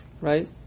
right